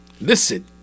listen